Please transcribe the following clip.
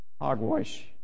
Hogwash